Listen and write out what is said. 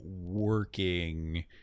working